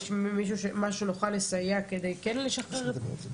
יש משהו שנוכל לסייע כדי כן לשחרר את זה?